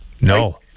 No